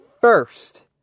first